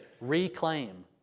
reclaim